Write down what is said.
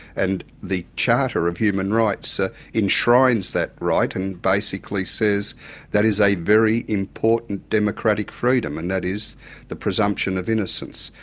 and the charter of human rights ah enshrines that right and basically says that is a very important democratic freedom, and that is the presumption of innocence.